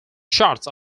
shots